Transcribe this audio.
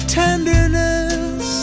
tenderness